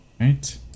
Right